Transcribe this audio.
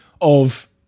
of-